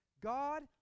God